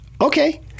Okay